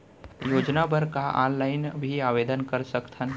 योजना बर का ऑनलाइन भी आवेदन कर सकथन?